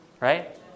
Right